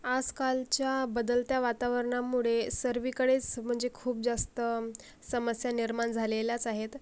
आजकालच्या बदलत्या वातावरणामुळे सर्वीकडेच म्हणजे खूप जास्त समस्या निर्माण झालेल्याच आहेत